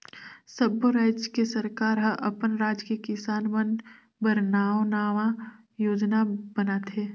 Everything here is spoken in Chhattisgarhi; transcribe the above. सब्बो रायज के सरकार हर अपन राज के किसान मन बर नांवा नांवा योजना बनाथे